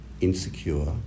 insecure